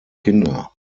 kinder